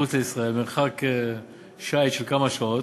מחוץ לישראל, במרחק שיט של כמה שעות,